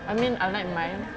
I mean unlike mine